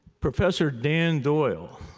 professor dan doyle,